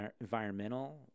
environmental